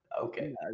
okay